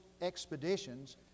expeditions